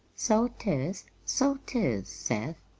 so tis, so tis, seth,